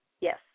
Yes